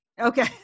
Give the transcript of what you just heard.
okay